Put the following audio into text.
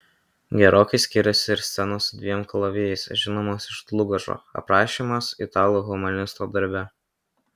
gerokai skiriasi ir scenos su dviem kalavijais žinomos iš dlugošo aprašymas italų humanisto darbe